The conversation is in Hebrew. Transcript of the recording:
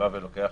שבא ולוקח